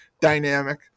dynamic